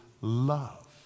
love